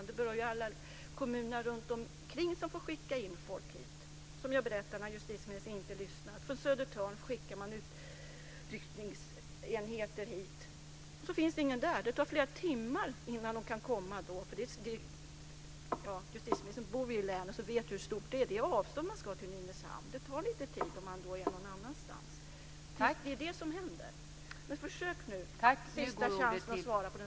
Det berör kommunerna runtomkring som får skicka in folk till staden. Jag berättade om det när justitieministern inte lyssnade. Man skickar utryckningsenheter från Södertörn till staden, och då finns det ingen där. Det tar flera timmar innan polisen kan komma. Justitieministern bor i länet och vet hur stort det är. Det är långa avstånd om polisen ska till Nynäshamn. Det tar litet tid om den är någon annanstans. Det är vad som händer. Nu har ministern sista chansen att svara på min fråga om den centrala potten.